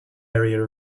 area